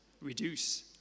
reduce